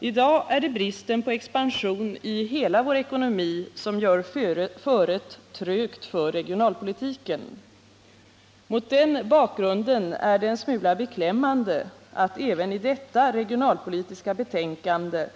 I dag är det bristen på expansion i hela vår ekonomi som gör föret trögt för regionalpolitiken. Mot den bakgrunden är det en smula beklämmande att även i detta regionalpolitiska betänkande